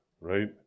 right